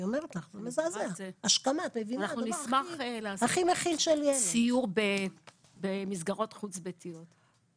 נשמח לעשות סיור במסגרות חוץ ביתיות.